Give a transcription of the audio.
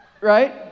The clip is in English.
right